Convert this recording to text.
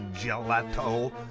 gelato